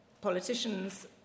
politicians